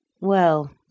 Well